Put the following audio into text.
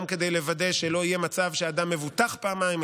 גם כדי לוודא שלא יהיה מצב שאדם מבוטח פעמיים,